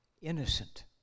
innocent